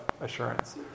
assurance